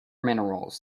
minerals